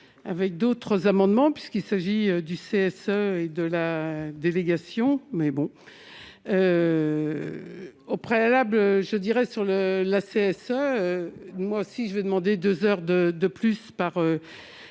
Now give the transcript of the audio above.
avec d'autres amendements puisqu'il s'agit du CSA et de la délégation mais bon, au préalable, je dirais sur le la CSA, moi aussi je vais demander 2 heures de de plus par par